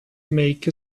make